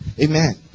Amen